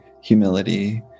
humility